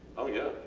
oh, yeah.